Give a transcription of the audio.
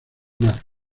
mar